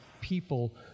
people